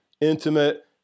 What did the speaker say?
intimate